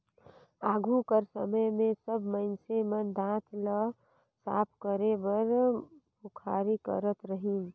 आघु कर समे मे सब मइनसे मन दात ल साफ करे बर मुखारी करत रहिन